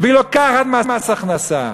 והיא לוקחת מס הכנסה.